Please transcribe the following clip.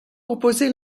composé